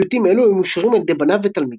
פיוטים אלו היו מושרים על ידי בניו ותלמידיו,